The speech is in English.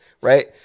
Right